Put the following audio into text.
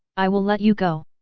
i will let you go!